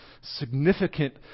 significant